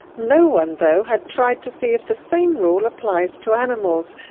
no one though had tried to see if the same rule applies to animals,